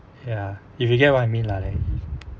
ya if you get what you mean lah